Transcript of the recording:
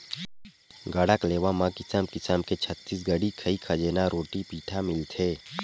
गढ़कलेवा म किसम किसम के छत्तीसगढ़ी खई खजेना, रोटी पिठा मिलथे